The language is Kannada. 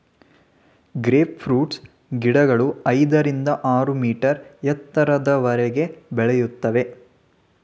ಗ್ರೇಪ್ ಫ್ರೂಟ್ಸ್ ಗಿಡಗಳು ಐದರಿಂದ ಆರು ಮೀಟರ್ ಎತ್ತರದವರೆಗೆ ಬೆಳೆಯುತ್ತವೆ